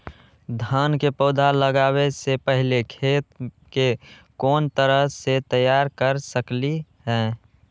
धान के पौधा लगाबे से पहिले खेत के कोन तरह से तैयार कर सकली ह?